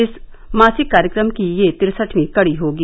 इस मासिक कार्यक्रम की यह तिरसठवीं कडी होगी